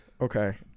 Okay